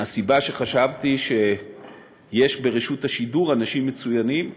מהסיבה שחשבתי שיש ברשות השידור אנשים מצוינים,